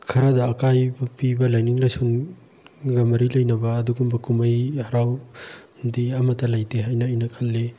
ꯈꯔꯗ ꯑꯀꯥꯏꯕ ꯄꯤꯕ ꯂꯥꯏꯅꯤꯡ ꯂꯥꯏꯁꯣꯜꯒ ꯃꯔꯤ ꯂꯩꯅꯕ ꯑꯗꯨꯒꯨꯝꯕ ꯀꯨꯝꯍꯩ ꯍꯔꯥꯎꯗꯤ ꯑꯃꯠꯇ ꯂꯩꯇꯦ ꯍꯥꯏꯅ ꯑꯩꯅ ꯈꯜꯂꯤ